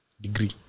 Degree